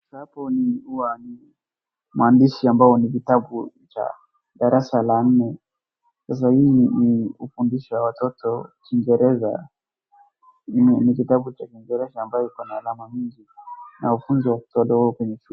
Hapo ni huwa ni maandishi ambayo ni vitabu cha darasa la nne. Sasa hii ni hufundisha watoto kingereza. Ni kitabu cha kingereza ambayo iko na alama nje na hufunzwa watoto wadogo kwenye shule.